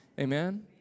Amen